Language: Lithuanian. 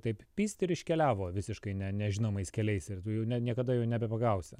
taip pykst ir iškeliavo visiškai ne nežinomais keliais ir tu jau ne niekada jo nebepagausi